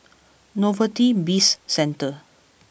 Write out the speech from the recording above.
Novelty Bizcentre